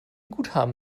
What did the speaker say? guthaben